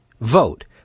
vote